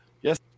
Yes